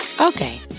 Okay